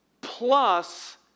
plus